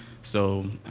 so,